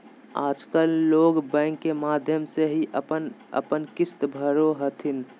आजकल लोग बैंक के माध्यम से ही अपन अपन किश्त भरो हथिन